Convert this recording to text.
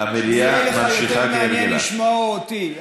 אז יהיה לך יותר מעניין לשמוע אותי,